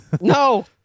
No